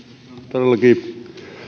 todellakin